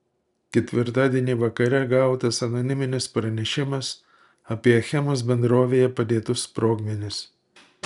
ketvirtadienį vakare gautas anoniminis pranešimas apie achemos bendrovėje padėtus sprogmenis